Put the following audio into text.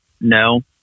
No